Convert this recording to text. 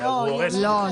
לא.